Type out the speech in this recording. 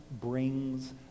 brings